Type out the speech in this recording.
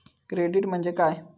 Credit म्हणजे काय?